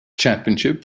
championship